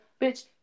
Bitch